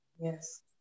Yes